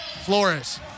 Flores